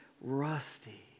Rusty